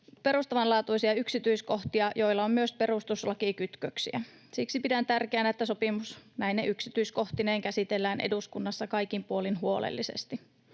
perustavanlaatuisia yksityiskohtia, joilla on myös perustuslakikytköksiä. Siksi pidän tärkeänä, että sopimus näine yksityiskohtineen käsitellään eduskunnassa kaikin puolin huolellisesti.